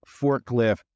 forklift